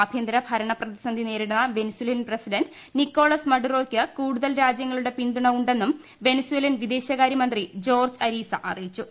ആഭ്യന്തര ഭരണ പ്രതിസന്ധി നേരിടുന്ന വെനസേലൻ ് പ്രസിഡന്റ് നിക്കോളാസ് മഡുറോയ്ക്ക് കൂടുതൽ രാജ്യങ്ങളുടെ പിന്തുണ ഉണ്ടെന്നും വെനസേലൻ വിദേശ കാര്യ മന്ത്രി ജോർജ്ജ് അരീസ അറിയിച്ചു